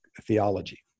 theology